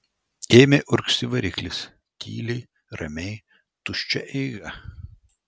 ėmė urgzti variklis tyliai ramiai tuščia eiga